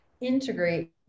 integrate